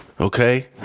okay